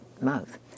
mouth